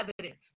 evidence